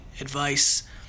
advice